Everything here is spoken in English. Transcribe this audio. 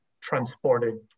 transported